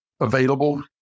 available